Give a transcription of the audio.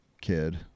kid